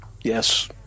yes